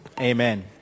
amen